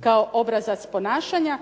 kao obrazac ponašanja.